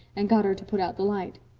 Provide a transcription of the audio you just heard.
and got her to put out the light.